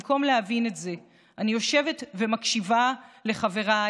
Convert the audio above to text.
במקום להבין את זה אני יושבת ומקשיבה לחבריי